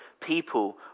people